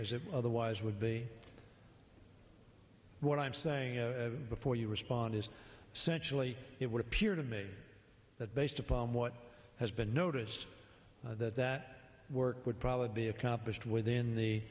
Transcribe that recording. as it otherwise would be what i'm saying before you respond is sexually it would appear to me that based upon what has been noticed that that work would probably be accomplished within the